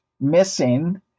missing